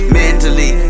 mentally